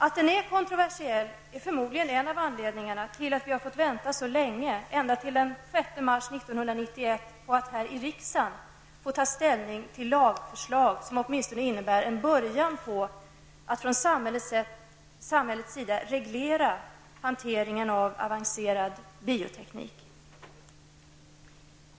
Att den är kontroversiell är förmodligen en av anledningarna till att vi har fått vänta så länge -- ända till den 6 mars 1991 -- på att här i riksdagen få ta ställning till lagförslag som åtminstone innebär en början på att från samhällets sida reglera hanteringen av avancerad bioteknik.